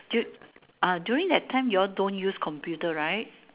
dude ah during that time you all don't use computer right